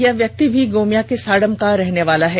यह व्यक्ति भी गोमिया के साड़म का रहने वाला है